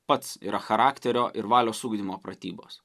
pats yra charakterio ir valios ugdymo pratybos